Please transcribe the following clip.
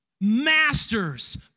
masters